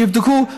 שיבדקו,